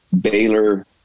Baylor